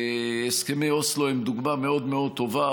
הסכמי אוסלו הם דוגמה מאוד מאוד טובה.